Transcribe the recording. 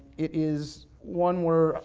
it is one where.